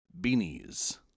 beanies